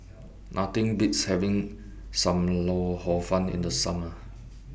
Nothing Beats having SAM Lau Hor Fun in The Summer